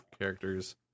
characters